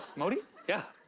modi? yeah.